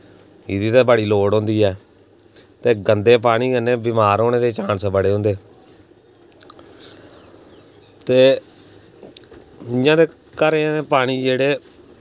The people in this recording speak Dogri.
एह्दी ते बड़ी लोड़ होंदी ऐ ते गंदे पानी कन्नै बमार होने दे चांस बड़े होंदे ते इ'यां ते घरें पानी जेह्ड़े